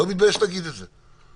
לא מתבייש להגיד את זה.